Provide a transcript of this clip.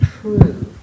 true